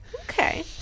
Okay